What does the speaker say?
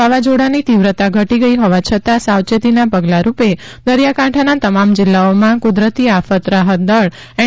વાવાઝોડાની તીવ્રતા ઘટી ગઈ હોવા છતાં સાવચેતીના પગલાં રૂપે દરિયાકાંઠાના તમામ જિલ્લાઓમાં કુદરતી આફત રાહત દળ એન